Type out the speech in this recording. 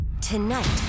Tonight